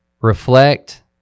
reflect